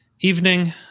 evening